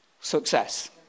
success